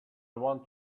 want